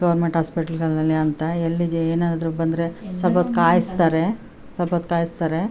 government ಹಾಸ್ಪಿಟಲ್ಗಳಲ್ಲಿ ಎಂಥ ಎಲ್ಲಿ ಜೆ ಏನಾದರು ಬಂದರೆ ಸ್ವಲ್ಪ್ ಹೊತ್ತು ಕಾಯಿಸ್ತಾರೆ ಸ್ವಲ್ಪ್ ಹೊತ್ತು ಕಾಯಿಸ್ತಾರೆ